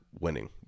winning